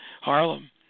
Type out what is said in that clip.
Harlem